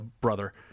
brother